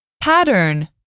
Pattern